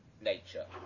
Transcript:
nature